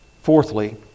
Fourthly